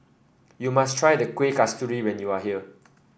you must try the Kuih Kasturi when you are here